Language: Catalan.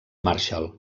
marshall